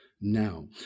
now